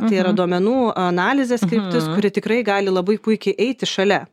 tai yra duomenų analizės kryptis kuri tikrai gali labai puikiai eiti šalia